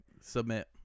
submit